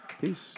peace